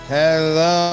hello